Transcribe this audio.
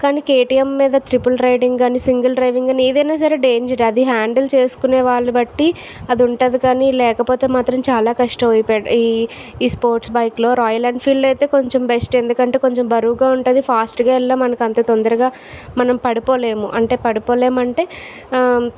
కానీ కేటీఎమ్ మీద triple riding కానీ సింగల్ డ్రైవింగ్ ఏదైనా సరే డేంజర్ అది హ్యాండిల్ చేసుకునే వాళ్ళు బట్టి అది ఉంటుంది కానీ లేకపోతే మాత్రం చాలా కష్టమైపోయాడు ఈ స్పోర్ట్స్ బైక్లో రాయల్ ఎన్ఫీల్డ్ అయితే కొంచెం బెస్ట్ ఎందుకంటే కొంచెం బరువుగా ఉంటుంది ఫాస్ట్గా వెళ్ళిన మనకి అంత తొందరగా మనం పడిపోలేము అంటే పడిపోలేము అంటే